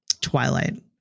twilight